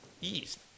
East